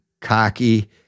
cocky